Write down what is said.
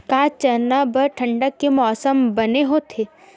का चना बर ठंडा के मौसम बने होथे?